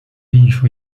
运输